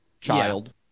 child